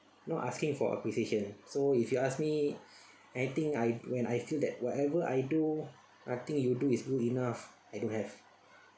not asking for appreciation so if you ask me I think I when I feel that whatever I do I think you do is good enough I don't have